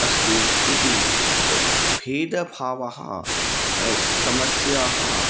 अस्ति इति भेदभावः समस्याः